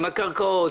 עם הקרקעות,